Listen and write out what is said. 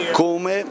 come